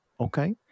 Okay